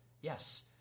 Yes